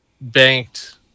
banked